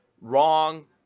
wrong